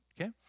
okay